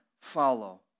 follow